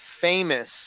famous